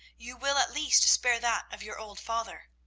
you will at least spare that of your old father.